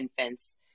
infants